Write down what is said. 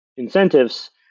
Incentives